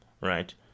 right